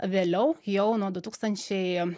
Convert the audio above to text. vėliau jau nuo du tūkstančiai